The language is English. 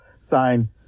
sign